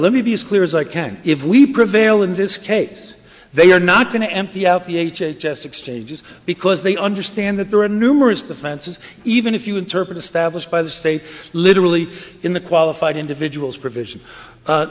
me be as clear as i can if we prevail in this case they are not going to empty out the h h s exchanges because they understand that there are numerous defenses even if you interpret established by the state literally in the qualified individuals provision